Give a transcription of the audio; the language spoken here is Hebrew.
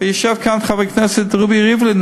יושב כאן חבר הכנסת רובי ריבלין,